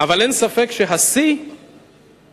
אבל אין ספק שהשיא בינתיים